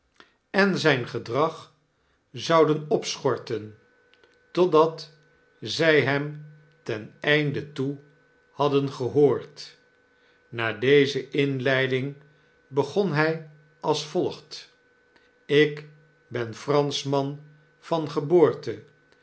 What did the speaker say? en zyn gedrag zouden opschorten totdat zy hem ten einde toe hadden gehoord na deze inleiding begon hy als volgt ik ben franschman van geboorte